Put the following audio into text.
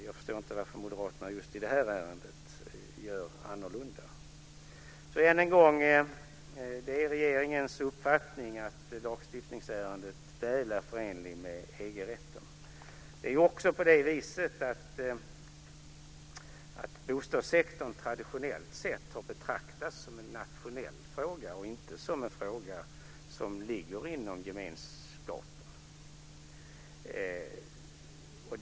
Jag förstår inte varför Moderaterna just i det här ärendet tycker annorlunda. Än en gång: Det är regeringens uppfattning att lagstiftningsärendet väl är förenligt med EG-rätten. Traditionellt sett har bostadssektorn betraktats som en nationell fråga och inte som en fråga som ligger inom gemenskapen.